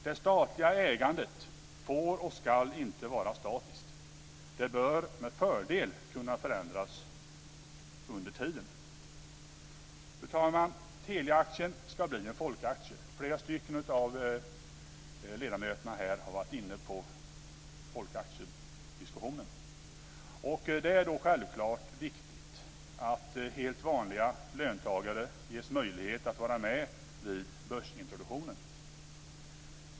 Det statliga ägandet får och ska inte vara statiskt. Det bör med fördel kunna förändras under tiden. Fru talman! Teliaaktien ska bli en folkaktie. Flera av ledamöterna har varit inne på folkaktiediskussionen. Det är självklart viktigt att helt vanliga löntagare ges möjlighet att vara med vid börsintroduktionen.